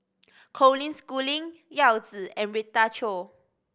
Colin Schooling Yao Zi and Rita Chao